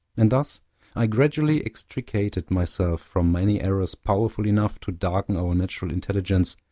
and thus i gradually extricated myself from many errors powerful enough to darken our natural intelligence,